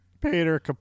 Peter